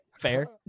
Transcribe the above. fair